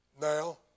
Now